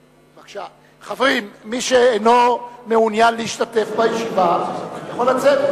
חברים, מי שאינו מעוניין להשתתף בישיבה יכול לצאת.